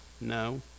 No